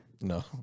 No